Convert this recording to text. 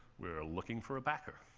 we're looking for a backer.